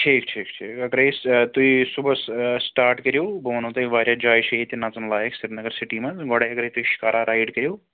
ٹھیٖک ٹھیٖک ٹھیٖک اگرَے أسۍ تُہۍ صُبحَس سِٹاٹ کٔرِو بہٕ وَنَو تۄہہِ واریاہ جایہِ چھِ ییٚتہِ نَژَن لایق سریٖنگر سِٹی منٛز گۄڈَے اگرَے تُہۍ شِکارا رایِڈ کٔرِو